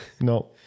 No